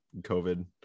covid